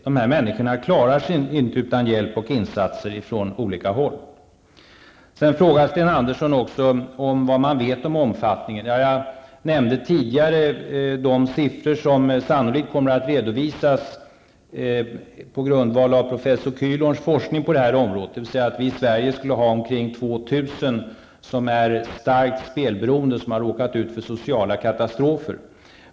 De här människorna klarar sig nämligen inte utan hjälp och insatser från olika håll. Sten Andersson frågar vad man vet om omfattningen. Jag har tidigare nämnt de siffror som sannolikt kommer att redovisas på grundval av professor Kühlhorns forskning på det här området -- dvs. siffror som visar att det i Sverige skulle finnas omkring 2 000 starkt spelberoende människor som har råkat ut för sociala katastrofer.